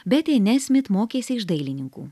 betė nesmit mokėsi iš dailininkų